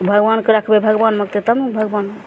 भगवानके रखबय भगवान औतय तब ने भगवान